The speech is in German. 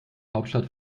hauptstadt